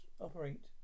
operate